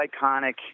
iconic